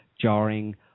jarring